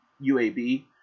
UAB